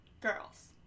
Girls